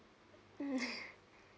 mm